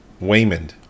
waymond